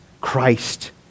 Christ